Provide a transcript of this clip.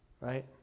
right